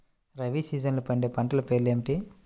రబీ సీజన్లో పండే పంటల పేర్లు ఏమిటి?